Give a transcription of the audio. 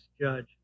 judge